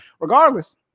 Regardless